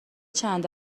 چند